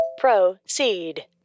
Proceed